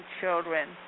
children